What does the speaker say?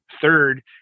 third